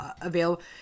available